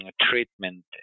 treatment